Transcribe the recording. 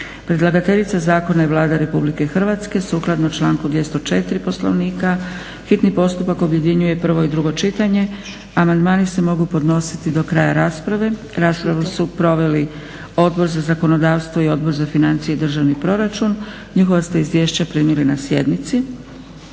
Predlagateljica zakona je Vlada RH. Sukladno članku 204. Poslovnika hitni postupak objedinjuje prvo i drugo čitanje. Amandmani se mogu podnositi do kraja rasprave. Raspravu su proveli Odbor za zakonodavstvo i Odbor za financije i državni proračun. Njihova ste izvješća primili na sjednici.